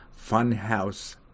Funhouse